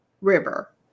River